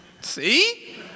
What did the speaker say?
See